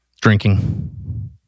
Drinking